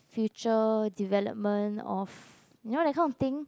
future development of you know that kind of thing